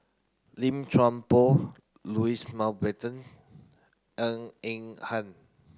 Lim Chuan Poh Louis Mountbatten Ng Eng Hen